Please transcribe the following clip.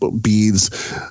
beads